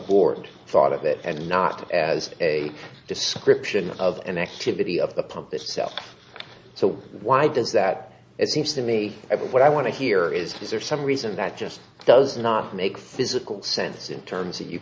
board thought of it and not as a description of an activity of the pump itself so why does that it seems to me what i want to hear is is there some reason that just does not make physical sense in terms of you